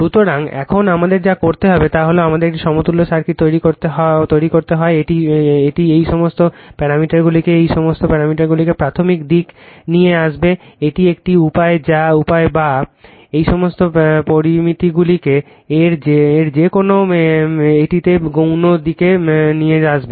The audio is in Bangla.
সুতরাং এখন আমাদের যা করতে হবে তা হল আমাদের একটি সমতুল্য সার্কিট তৈরি করতে হবে হয় এটি এই সমস্ত প্যারামিটারগুলিকে এই সমস্ত প্যারামিটারগুলিকে প্রাথমিক দিকে নিয়ে আসবে এটি একটি উপায় বা এই সমস্ত পরামিতিগুলিকে এর যে কোনও একটিতে গৌণ দিকে নিয়ে আসবে